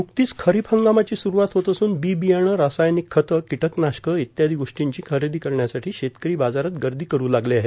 नुकतीच खरीप हंगामाची सुरुवात होत असुन बी बियाणंए रासायनिक खतेए किटकनाशकं इत्यादी गोष्टींची खरेदी करण्यासाठी शेतकरी बाजारात गर्दी करु लागले आहेत